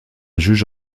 juge